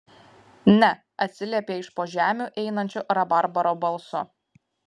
ne atsiliepė iš po žemių einančiu rabarbaro balsu